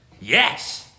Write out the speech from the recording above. Yes